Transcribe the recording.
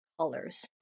colors